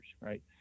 Right